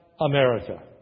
America